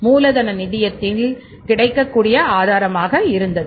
மூலதன நிதியத்தின் கிடைக்கக்கூடிய ஆதாரமாக இருந்தது